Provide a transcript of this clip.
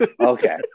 Okay